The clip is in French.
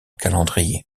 calendrier